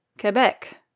Quebec